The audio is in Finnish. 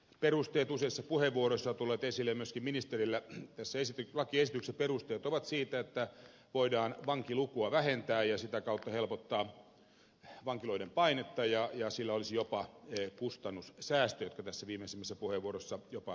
perusteet useissa puheenvuoroissa ovat tulleet esille ja myöskin ministerillä tässä lakiesityksen perusteet ovat siitä että voidaan vankilukua vähentää ja sitä kautta helpottaa vankiloiden painetta ja sillä olisi jopa kustannussäästöt jotka tässä viimeisimmässä puheenvuorossa jopa kiistettiin